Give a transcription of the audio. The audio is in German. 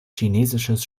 chinesisches